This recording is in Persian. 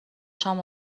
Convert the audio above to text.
شام